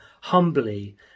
humbly